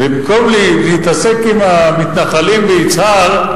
ובמקום להתעסק עם המתנחלים ביצהר,